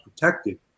protected